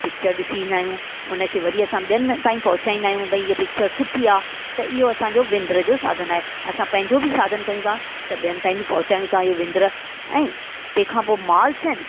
picture ॾिसी ईंदा आहियूं हुनखे वरी असां ॿियनि ताईं पहुचाईंदा आहियूं भई इहा पिच्चर सुठी आहे त इहो असांजो विंदर जो साधनु आहे असां पंहिंजो बि साधनु कयूं था त ॿियनि ताईं बि पहुचायूं था इहो विंदुर ऐं तंहिं खां पोइ मॉल्स आहिनि